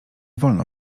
wolno